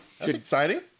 exciting